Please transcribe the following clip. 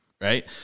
Right